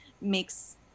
makes